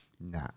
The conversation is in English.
Nah